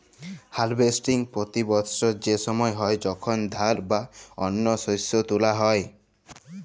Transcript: harvesting পতি বসর সে সময় হ্যয় যখল ধাল বা অল্য শস্য তুলা হ্যয়